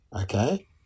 Okay